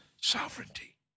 sovereignty